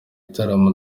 gitaramo